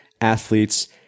athletes